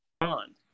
on